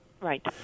right